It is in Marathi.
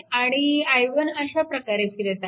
आणि i1 अशाप्रकारे फिरत आहे